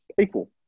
equal